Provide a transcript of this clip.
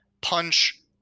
punch